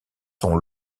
sont